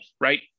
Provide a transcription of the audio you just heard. right